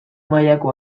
mailako